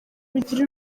bigira